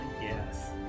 yes